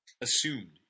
assumed